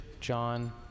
John